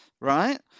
right